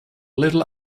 little